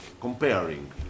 comparing